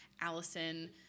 Allison